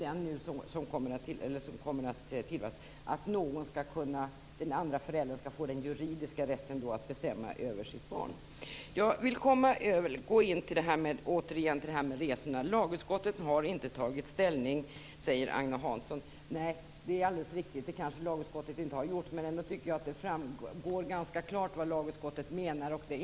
Det är ju det som nu kommer; att den andra föräldern skall få den juridiska rätten att bestämma över sitt barn. Jag vill återigen gå in på det här med resorna. Lagutskottet har inte tagit ställning, säger Agne Hansson, Nej, det är alldeles riktigt. Det har kanske inte lagutskottet gjort. Men jag tycker ändå att det framgår ganska klart vad lagutskottet menar.